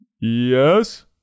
Yes